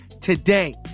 today